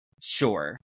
Sure